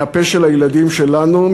מהפה של הילדים שלנו,